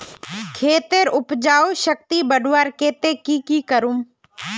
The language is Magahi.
खेतेर उपजाऊ शक्ति बढ़वार केते की की करूम?